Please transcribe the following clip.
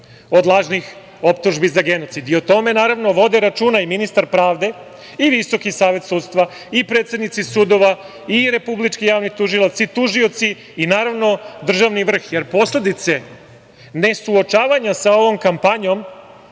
od lažnih optužbi za genocid i o tome, naravno, vode računa i ministar pravde i VSS i predsednici sudova i Republički javni tužilac i tužioci i državni vrh, jer posledice nesuočavanja sa ovom kampanjom